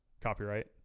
copyright